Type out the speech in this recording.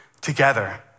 together